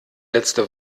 letzte